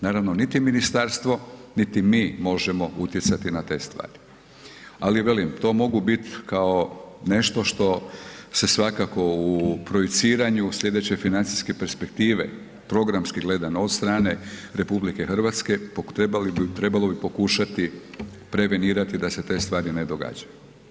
Naravno, niti ministarstvo niti mi možemo utjecati na te stvari ali velim, to mogu biti kao nešto što se svakako u projiciranju slijedeće financijske perspektive programski gledano od strane RH, trebalo bi pokušati prevenirati da se te stvari ne događaju.